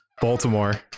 Baltimore